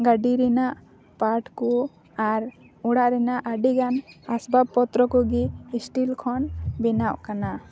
ᱜᱟᱰᱤ ᱨᱮᱱᱟᱜ ᱯᱟᱴ ᱠᱚ ᱟᱨ ᱚᱲᱟᱜ ᱨᱮᱱᱟᱜ ᱟᱰᱤᱜᱟᱱ ᱟᱥᱵᱟᱵᱯᱚᱛᱨᱚ ᱠᱚᱜᱮ ᱤᱥᱴᱤᱞ ᱠᱷᱚᱱ ᱵᱮᱱᱟᱣᱚᱜ ᱠᱟᱱᱟ